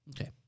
Okay